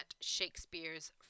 Shakespeare's